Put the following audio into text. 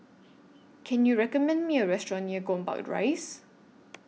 Can YOU recommend Me A Restaurant near Gombak Rise